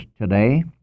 today